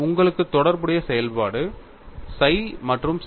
உங்களுக்கு தொடர்புடைய செயல்பாடு psi மற்றும் chi